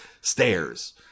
stairs